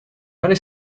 many